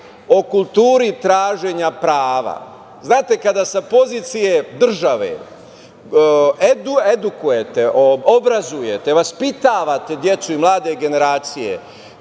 o kulturi traženja prava. Znate, kada sa pozicije države edukujete, obrazujete, vaspitavate decu, mlade generacije